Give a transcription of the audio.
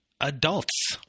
adults